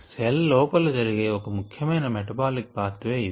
cell లోపల జరిగే ఒక ముఖ్యమైన మెటబాలిక్ పాత్ వె ఇది